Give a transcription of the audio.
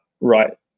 right